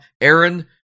Aaron